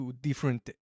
different